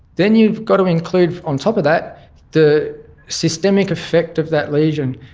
then you've got to include on top of that the systemic effect of that lesion,